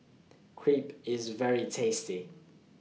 Crepe IS very tasty